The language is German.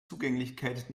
zugänglichkeit